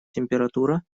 температура